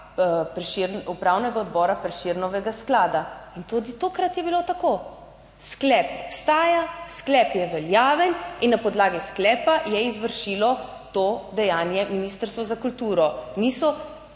upravnega odbora Prešernovega sklada in tudi tokrat je bilo tako. Sklep obstaja, sklep je veljaven in na podlagi sklepa je izvršilo to dejanje Ministrstvo za kulturo. Niso